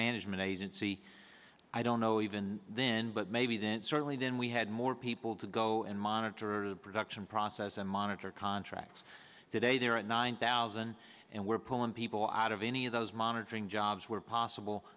management agency i don't know even then but maybe then certainly then we had more people to go and monitor the production process and monitor contracts today they're at nine thousand and we're pulling people out of any of those monitoring jobs where possible